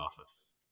Office